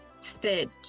Stitch